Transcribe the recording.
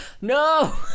no